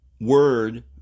word